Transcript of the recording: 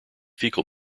fecal